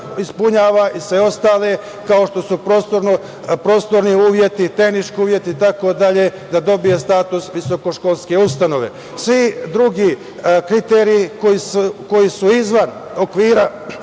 ispunjava i sve ostale, kao što su prostorni uslovi, tehnički uslovi, itd, da dobije status visokoškolske ustanove. Svi drugi kriterijumi koji su izvan okvira